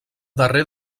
darrer